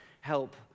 help